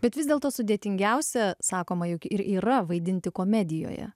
bet vis dėlto sudėtingiausia sakoma juk ir yra vaidinti komedijoje